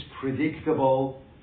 predictable